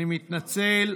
אני מתנצל.